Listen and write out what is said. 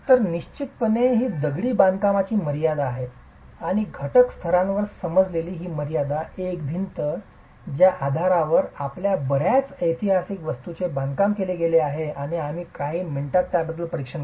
तर निश्चितपणे ही दगडी बांधकामाची मर्यादा आहे आणि घटक स्तरावर समजलेली ही मर्यादा एक भिंत ज्या आधारावर आपल्या बर्याच ऐतिहासिक वास्तूंचे बांधकाम केले गेले आहे आणि आम्ही काही मिनिटांत त्याबद्दल परीक्षण करू